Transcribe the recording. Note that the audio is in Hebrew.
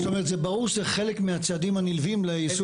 זאת אומרת זה ברור שזה חלק מהצעדים המובנים ליישום החוק.